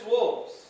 wolves